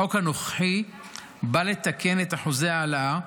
החוק הנוכחי בא לתקן את אחוזי ההעלאה: